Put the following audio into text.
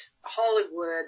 Hollywood